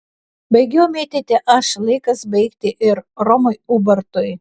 baigiau mėtyti aš laikas baigti ir romui ubartui